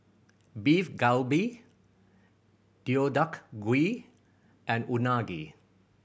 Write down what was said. Beef Galbi Deodeok Gui and Unagi